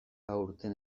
aurten